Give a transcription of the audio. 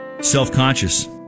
Self-conscious